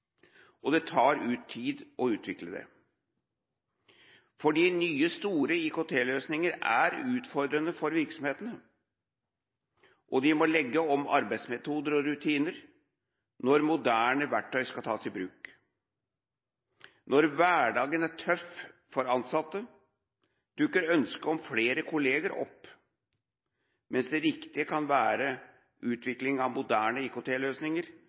og det tar tid å utvikle det. Nye, store IKT-løsninger er utfordrende for virksomhetene, og de må legge om arbeidsmetoder og rutiner når moderne verktøy skal tas i bruk. Når hverdagen er tøff for ansatte, dukker ønsket om flere kolleger opp, mens det riktige kan være utvikling av moderne